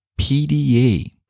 PDA 、